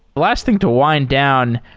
last thing to wind down,